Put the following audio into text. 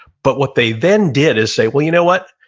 but what they then did is say, well, you know what?